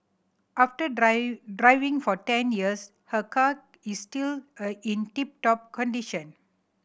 after driving for ten years her car is still a in tip top condition